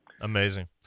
Amazing